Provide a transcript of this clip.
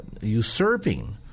usurping